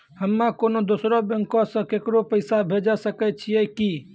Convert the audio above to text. हम्मे कोनो दोसरो बैंको से केकरो पैसा भेजै सकै छियै कि?